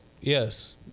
yes